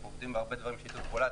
אנחנו עובדים בהרבה דברים בשיתוף פעולה,